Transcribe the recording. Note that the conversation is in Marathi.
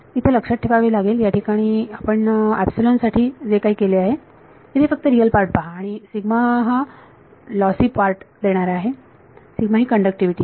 इथे लक्षात ठेवावे लागेल या ठिकाणी इथे आपण साठी आपण जे काही केले आहे इथे फक्त रियल पार्ट पहा आण सिगमा ही लॉस पार्ट देणारी कण्डक्टिविटी आहे